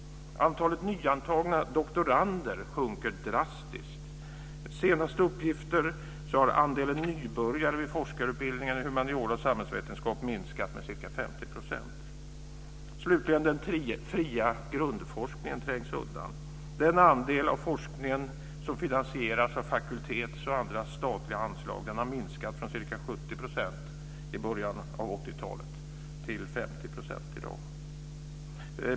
Antalet nyantagna doktorander sjunker drastiskt. Enligt de senaste uppgifterna har andelen nybörjare vid forskarutbildningar i humaniora och samhällsvetenskap minskat med ca 50 %.- Den fria grundforskningen trängs undan. Den andel av forskningen som finansieras av fakultetsanslag och andra statliga anslag har minskat från ca 70 % i början av 80-talet till 50 % i dag.